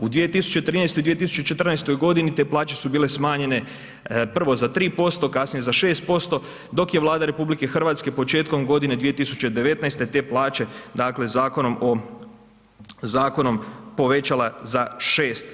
U 2013. i 2014. godini te plaće su bile smanjene prvo za 3%, kasnije za 6% dok je Vlada RH početkom godine 2019. te plaće dakle zakonom povećala za 6%